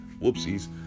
Whoopsies